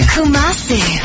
Kumasi